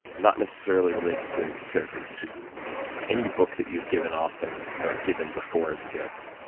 not necessarily related to ketosis, just any book that you've given often or given before as a gift?